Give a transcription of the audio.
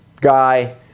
guy